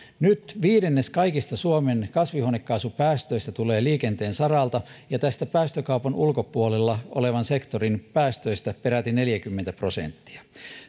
nyt viidennes kaikista suomen kasvihuonekaasupäästöistä tulee liikenteen saralta ja ne muodostavat päästökaupan ulkopuolella olevan sektorin päästöistä peräti neljäkymmentä prosenttia